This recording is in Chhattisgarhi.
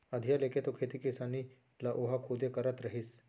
अधिया लेके तो खेती किसानी ल ओहा खुदे करत रहिस